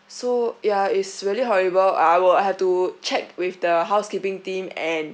so yeah it's really horrible I will I have to check with the housekeeping team and